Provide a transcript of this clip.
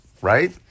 right